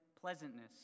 pleasantness